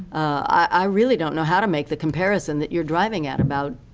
i really don't know how to make the comparisons that you are driving at about,